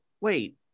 Wait